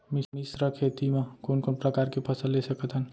मिश्र खेती मा कोन कोन प्रकार के फसल ले सकत हन?